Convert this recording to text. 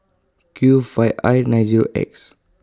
Q five I nine Zero X